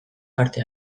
parte